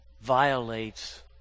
violates